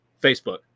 Facebook